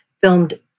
filmed